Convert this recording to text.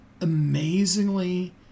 amazingly